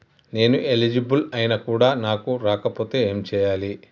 నేను ఎలిజిబుల్ ఐనా కూడా నాకు రాకపోతే ఏం చేయాలి?